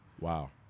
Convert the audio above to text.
Wow